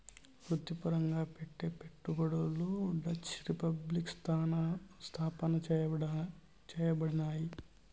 వృత్తిపరంగా పెట్టే పెట్టుబడులు డచ్ రిపబ్లిక్ స్థాపన చేయబడినాయి